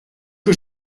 que